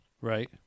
Right